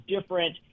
different